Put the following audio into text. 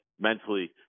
mentally